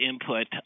input